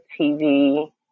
TV